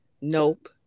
Nope